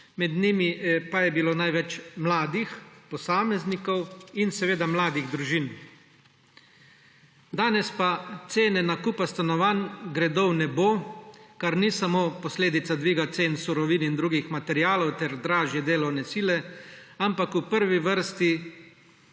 Med njimi pa je bilo največ mladih posameznikov in seveda mladih družin. Danes pa cene nakupa stanovanj gredo v nebo, kar ni samo posledica dviga cen surovin in drugih materialov ter dražje delovne sile, ampak v prvi vrsti